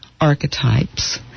archetypes